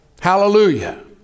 Hallelujah